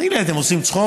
תגיד לי, אתם עושים צחוק?